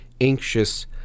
anxious